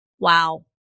Wow